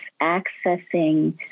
accessing